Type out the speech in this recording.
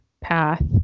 path